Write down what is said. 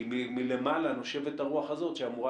כי מלמעלה נושבת הרוח הזאת שאמורה,